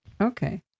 Okay